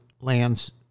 lands